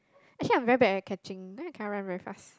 actually I'm very bad at catching then I cannot run very fast